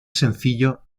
sencillo